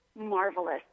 marvelous